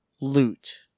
loot